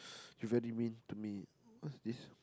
you very mean to me if